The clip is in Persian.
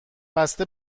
بسته